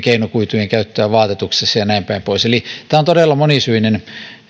keinokuitujen käyttöä vaatetuksessa ja näin päin pois eli tämä on todella monisyinen